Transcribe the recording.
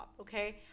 okay